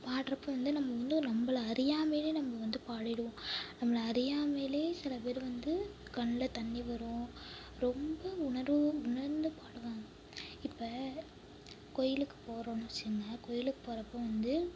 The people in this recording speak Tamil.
பாடுகிறப்ப வந்து நம்ம வந்து நம்மள அறியாமலேயே நம்ம வந்து பாடிடுவோம் நம்மள அறியாமையே சில பேர் வந்து கண்ணில் தண்ணிர் வரும் ரொம்ப உணர்வு உணர்ந்து பாடுவாங்க இப்போ கோவிலுக்கு போகிறோம்ன்னு வச்சுக்குங்க கோவிலுக்கு போகிறப்ப வந்து